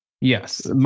Yes